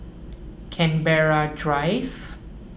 Canberra Drive